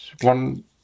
one